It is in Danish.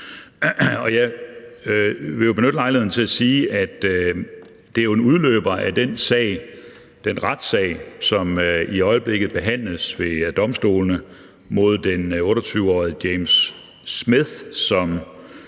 Jeg vil benytte lejligheden til at sige, at det jo er en udløber af den retssag, som i øjeblikket behandles ved domstolene, mod den 28-årige James Schmidt,